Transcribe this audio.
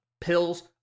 pills